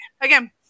again